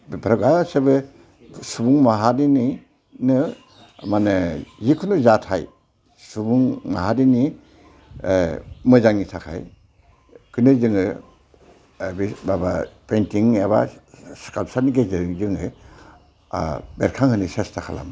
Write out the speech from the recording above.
बेफोरो गासिबो सुबुं माहारिनि नो माने जिखुनु जाथाय सुबुं माहारिनि मोजांनि थाखाय बेखोनो जोङो बे माबा पेनटिं एबा स्काल्पचारनि गेजेरजों जोङो बेरखांहोनो सेस्था खालामो